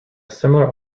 similar